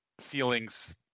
feelings